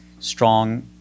Strong